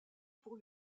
pour